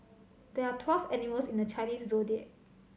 there are twelve animals in the Chinese Zodiac